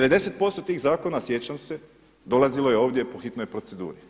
90% tih zakona sjećam se dolazilo je ovdje po hitnoj proceduri.